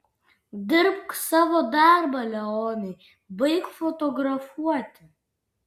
dirbk savo darbą leonai baik fotografuoti